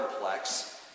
complex